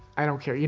i don't care.